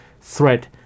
threat